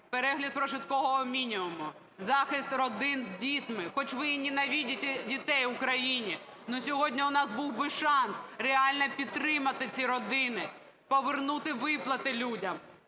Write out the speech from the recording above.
перегляд прожиткового мінімуму, захист родин з дітьми. Хоч вы и ненавидите дітей в Україні, но сьогодні у нас був би шанс реально підтримати ці родини. Повернути виплати людям,